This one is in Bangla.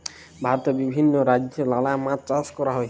ভারতে বিভিল্য রাজ্যে লালা মাছ চাষ ক্যরা হ্যয়